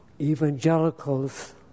evangelicals